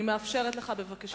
אני מאפשרת לך, בבקשה.